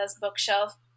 Bookshelf